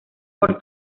por